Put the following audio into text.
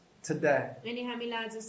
today